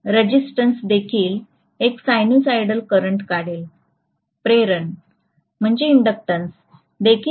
प्रतिकार देखील एक साइनसॉइडल करंट काढेल प्रेरण देखील एक सायनुसायडल करंट काढेल